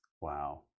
Wow